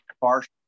partial